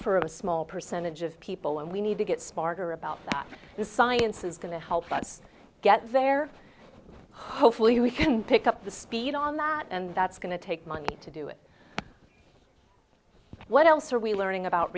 for a small percentage of people and we need to get smarter about this science is going to help us get there hopefully we can pick up the speed on that and that's going to take money to do it what else are we learning about